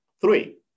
Three